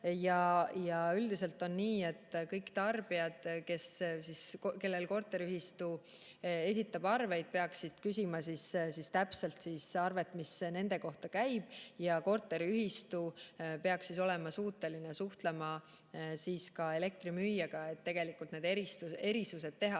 Üldiselt on nii, et kõik tarbijad, kellele korteriühistu esitab arve, peaksid küsima täpset arvet, mis nende kohta käib, ja korteriühistu peaks olema suuteline suhtlema ka elektrimüüjaga, et need erisused teha,